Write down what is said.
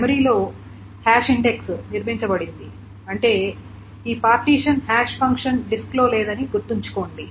మెమరీలో hash index నిర్మించబడింది అంటే ఈ పార్టీషన్ హాష్ ఫంక్షన్ డిస్క్లో లేదని గుర్తుంచుకోండి